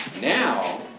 now